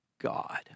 God